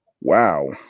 wow